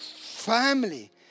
family